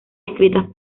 escritas